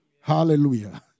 Hallelujah